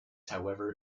however